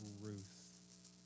Ruth